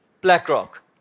BlackRock